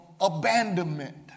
abandonment